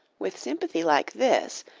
with sympathy like this,